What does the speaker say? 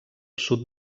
sud